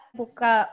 buka